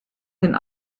den